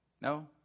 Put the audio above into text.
No